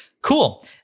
Cool